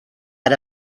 men